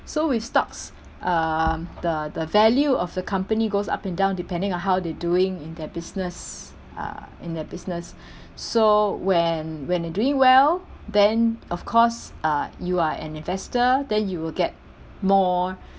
so with stocks uh the the value of the company goes up and down depending on how they're doing in their business uh in their business so when when they're doing well then of course uh you are an investor then you will get more